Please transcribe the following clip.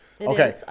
Okay